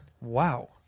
wow